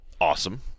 awesome